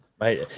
right